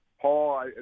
Paul